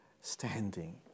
standing